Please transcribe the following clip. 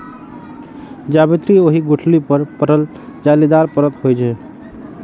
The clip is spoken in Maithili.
जावित्री ओहि गुठली पर पड़ल जालीदार परत होइ छै